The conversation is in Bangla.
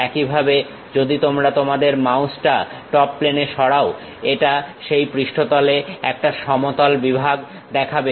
একইভাবে যদি তোমরা তোমাদের মাউস টপ প্লেনে সরাও এটা সেই পৃষ্ঠতলে একটা সমতল বিভাগ দেখাবে